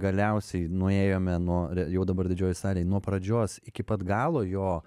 galiausiai nuėjome nuo jau dabar didžiojoj salėj nuo pradžios iki pat galo jo